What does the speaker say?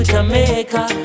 Jamaica